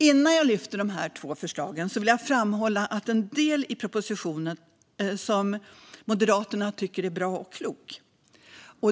Innan jag lyfter dessa två förslag vill jag framhålla en del i propositionen som Moderaterna tycker är bra och klok.